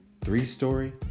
three-story